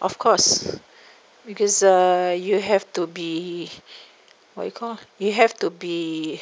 of course because uh you have to be what you call you have to be